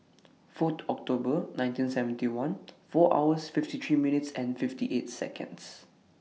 Fourth October nineteen seventy one four hours fifty three minutes and fifty eight Seconds